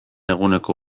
eguneko